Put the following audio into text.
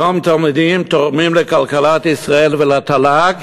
אותם תלמידים תורמים לכלכלת ישראל ולתל"ג